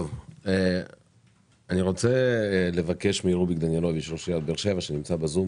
אני רוצה לבקש את ראש עירית באר שבע שנמצא ב-זום